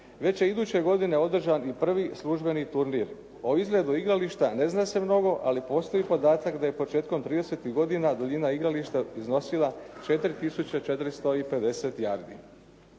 Već je iduće godine održan i prvi službeni turnir. O izgledu igrališta ne zna se mnogo ali postoji podatak da je početkom 30-tih godina duljina igrališta iznosila 4 tisuće 450 jardi.